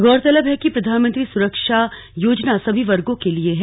गौरतलब है कि प्रधानमंत्री सुरक्षा योजना सभी वर्गो के लिए है